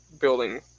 building